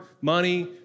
money